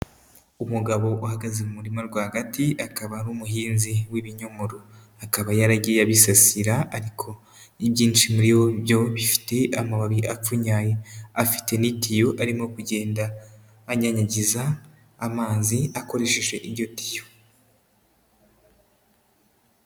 Umugabo uhagaze mu murima rwagati, akaba ari umuhinzi w'ibinyomoro. Akaba yaragiye abisasira ariko ibyinshi muri byo bifite amababi apfunyaye, afite n'itiyo arimo kugenda anyanyagiza amazi akoresheje iyo tiyo.